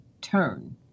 turn